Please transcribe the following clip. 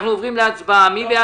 אנחנו עוברים להצבעה -- לא,